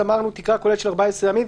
אמרנו: תקרה כוללת של 14 ימים,